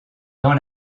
dans